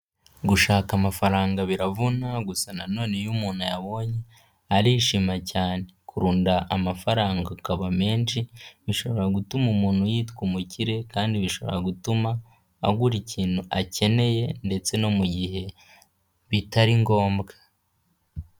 Gushaka amafaranga biravuna gusa nanone iyo umuntu ayabonye arishima cyane, kurunda amafaranga akaba menshi, bishobora gutuma umuntu yitwa umukire kandi bishobora gutuma agura ikintu akeneye ndetse no mu gihe bitari ngombwa.